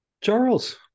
Charles